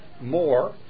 more